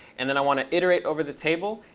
and then i want to iterate over the table,